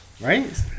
Right